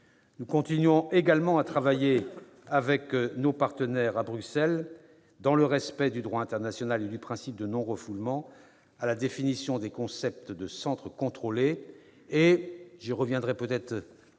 Nous continuons également à travailler avec nos partenaires à Bruxelles, dans le respect du droit international et du principe de non-refoulement, à la définition des concepts de « centres contrôlés » et- je reviendrai sans